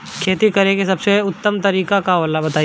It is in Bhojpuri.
खेती करे के सबसे उत्तम तरीका का होला बताई?